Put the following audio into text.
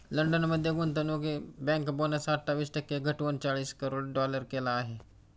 London मध्ये गुंतवणूक bank bonus अठ्ठावीस टक्के घटवून चाळीस करोड डॉलर केला आहे